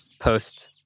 post